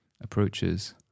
approaches